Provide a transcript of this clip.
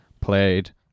played